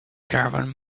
caravan